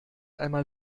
einmal